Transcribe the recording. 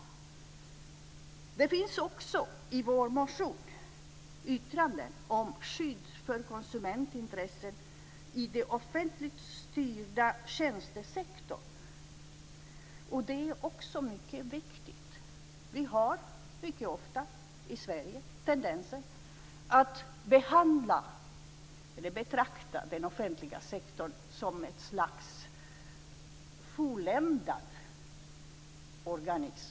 I vår motion finns ett yttrande om skydd för konsumentintresset i den offentligt styrda tjänstesektorn. Det är också mycket viktigt. Vi har mycket ofta i Sverige tendensen att betrakta den offentliga sektorn som ett slags fulländad organism.